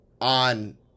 on